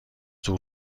طول